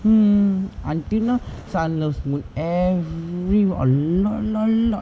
mm until now sun loves moon every a lot a lot a lot